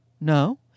No